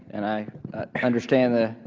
and i i understand the